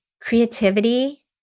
creativity